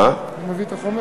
אני מביא את החומר.